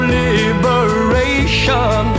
liberation